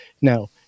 Now